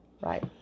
Right